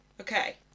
Okay